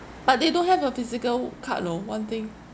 but they don't have a physical card you know one thing